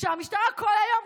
שהמשטרה כל היום,